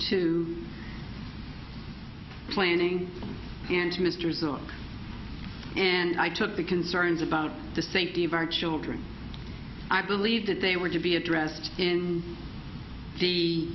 to planning and mr zogby and i took the concerns about the safety of our children i believe that they were to be addressed in the